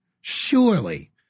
Surely